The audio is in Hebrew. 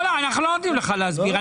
לא, לא, אנחנו לא נותנים לך להסביר.